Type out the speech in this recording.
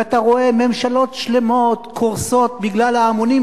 ואתה רואה ממשלות שלמות קורסות בגלל ההמונים,